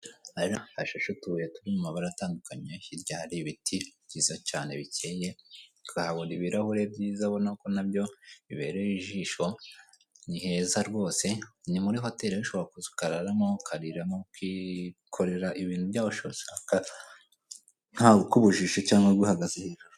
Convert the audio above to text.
Aha hashashe utubuye turi mu mabara atandukanye hirya hari ibiti byiza cyane bikeye ukahabura ibirahuri byiza abona ko nabyo bibereye ijisho ni heza rwose, ni muri hoteli ushobora kuza ukararamo ukariramo ukikorera ibintu byose ushaka ntawukubujije cyangwa aguhaze hejuru.